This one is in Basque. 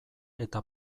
eta